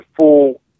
full